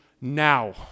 now